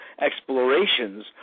explorations